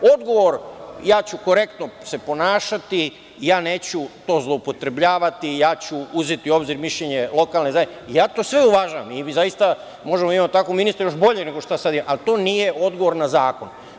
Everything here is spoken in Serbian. Odgovor - ja ću se korektno ponašati i ja neću to zloupotrebljavati, ja ću uzeti u obzir mišljenje lokalne zajednice, ja to sve uvažavam i mi zaista možemo da imamo takvog ministra, još boljeg nego što sad imamo, ali to nije odgovor na zakon.